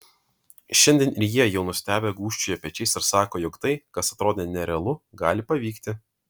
šiandien ir jie jau nustebę gūžčioja pečiais ir sako jog tai kas atrodė nerealu gali pavykti